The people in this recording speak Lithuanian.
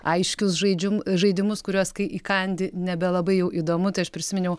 aiškius žaidžiu žaidimus kuriuos kai įkandi nebelabai jau įdomu tai aš prisiminiau